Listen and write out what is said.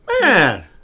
Man